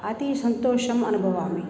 अति सन्तोषम् अनुभवामि